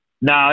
No